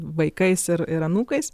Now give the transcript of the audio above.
vaikais ir ir anūkais